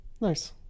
Nice